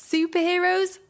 Superheroes